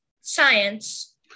science